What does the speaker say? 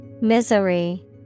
Misery